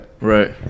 Right